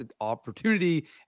opportunity